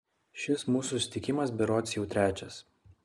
šis mūsų susitikimas berods jau trečias